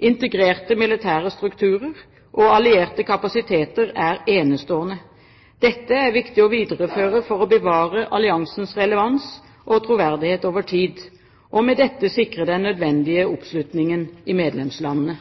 integrerte militære strukturer og allierte kapasiteter er enestående. Dette er det viktig å videreføre for å bevare alliansens relevans og troverdighet over tid og sikre den nødvendige oppslutningen i medlemslandene.